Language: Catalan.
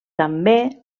també